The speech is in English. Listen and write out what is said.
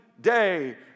day